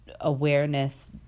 awareness